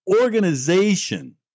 organization